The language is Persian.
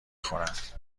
خورد